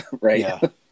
right